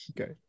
Okay